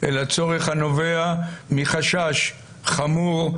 אלא צורך הנובע מחשש חמור,